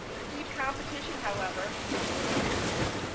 the deep competition however, proved fortuitous.